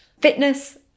fitness